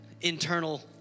internal